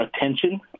attention